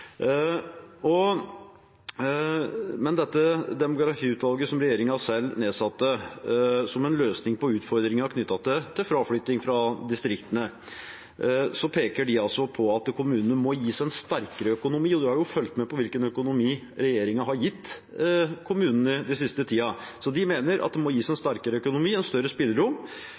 Demografiutvalget som regjeringen selv nedsatte som en løsning på utfordringen knyttet til fraflytting fra distriktene, peker altså på at kommunene må gis en sterkere økonomi. De har fulgt med på hvilken økonomi regjeringen har gitt kommunene den siste tiden, men de mener det må gis en sterkere økonomi og et større spillerom